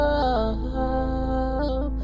up